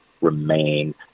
remain